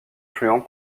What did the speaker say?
influent